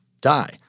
die